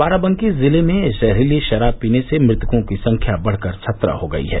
बाराबंकी जिले में जहरीली शराब पीने से मृतकों की संख्या बढ़कर सत्रह हो गई है